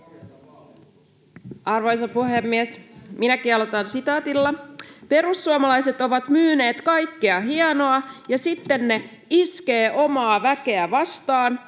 Arvoisa puhemies! Minäkin aloitan sitaatilla. ”Perussuomalaiset ovat myyneet kaikkea hienoa, ja sitten ne iskee omaa väkeä vastaan,